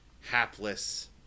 hapless